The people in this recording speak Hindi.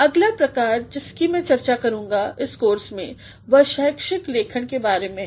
अगला प्रकार जिसकी मै चर्चा करूंगा इस कोर्स में वह शैक्षिक लेखन के बारे में है